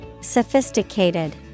Sophisticated